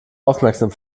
aufmerksam